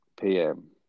PM